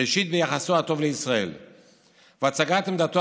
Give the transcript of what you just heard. ראשית ביחסו הטוב לישראל וכן בהצגת עמדתו